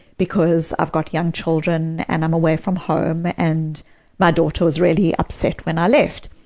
because i've got young children and i'm away from home and my daughter was really upset when i left.